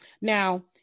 Now